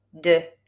de